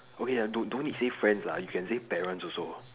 okay then don't don't need say friends lah you can say parents also